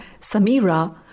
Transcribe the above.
Samira